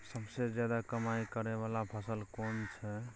सबसे ज्यादा कमाई करै वाला फसल कोन छै?